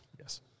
Yes